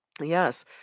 yes